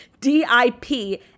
D-I-P